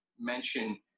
mention